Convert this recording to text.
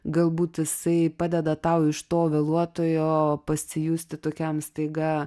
galbūt jisai padeda tau iš to vėluotojo pasijusti tokiam staiga